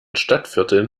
stadtvierteln